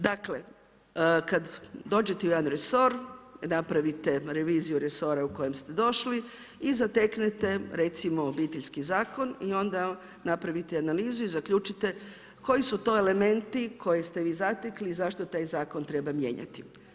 Dakle, kad dođete u jedan resor napravite reviziju resora u koji ste došli i zateknete recimo Obiteljski zakon i onda napravite analizu i zaključite koji su to elementi koje ste vi zatekli i zašto taj zakon treba mijenjati.